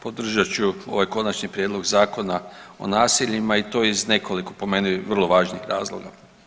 Podržat ću ovaj Konačni prijedlog Zakona o naseljima i to iz nekoliko po meni vrlo važnih razloga.